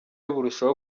burushaho